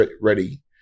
ready